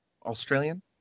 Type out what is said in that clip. Australian